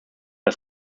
das